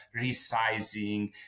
resizing